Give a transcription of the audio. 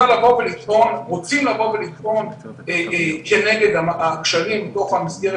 רוצים לבוא ולטעון כנגד הכשלים בתוך המסגרת